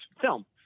film